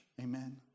Amen